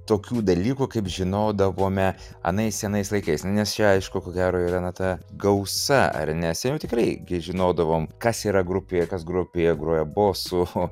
tokių dalykų kaip žinodavome anais senais laikais nes čia aišku ko gero yra na ta gausa nes jau tikrai gi žinodavom kas yra grupėje kas grupėje groja boso cho